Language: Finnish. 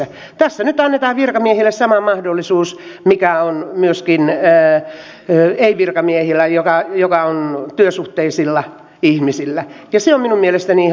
tässä nyt annetaan virkamiehille sama mahdollisuus mikä on myöskin ei virkamiehillä joka on työsuhteisilla ihmisillä ja se on minun mielestäni ihan hyvä asia